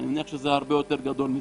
אני מניח שזה הרבה יותר גדול מזה.